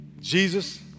Jesus